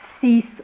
cease